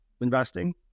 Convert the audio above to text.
investing